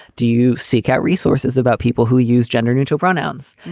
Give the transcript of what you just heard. do you seek out resources about people who use gender neutral pronouns?